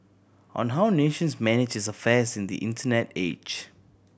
on how nations manage its affairs in the Internet age